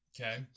okay